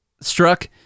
struck